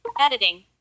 Editing